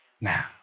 now